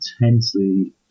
intensely